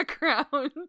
background